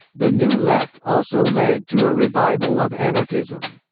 the new left also led to a revival of anarchism.